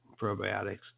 probiotics